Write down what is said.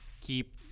Keep